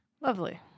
Lovely